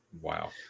Wow